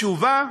תשובה